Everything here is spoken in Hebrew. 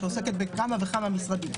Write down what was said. שעוסקת בכמה וכמה משרדים,